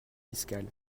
fiscales